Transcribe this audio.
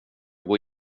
går